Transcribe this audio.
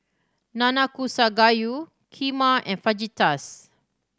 Nanakusa Gayu Kheema and Fajitas